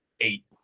eight